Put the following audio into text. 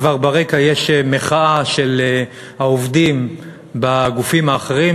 ברקע כבר יש מחאה של העובדים בגופים האחרים,